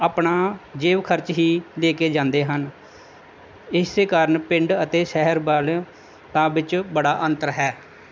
ਆਪਣਾ ਜੇਬ ਖਰਚ ਹੀ ਲੈ ਕੇ ਜਾਂਦੇ ਹਨ ਇਸ ਕਾਰਨ ਪਿੰਡ ਅਤੇ ਸ਼ਹਿਰ ਵੱਲ ਤਾਂ ਵਿੱਚ ਬੜਾ ਅੰਤਰ ਹੈ